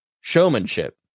showmanship